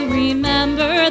remember